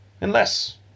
Unless